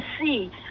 see